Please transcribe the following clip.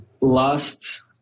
last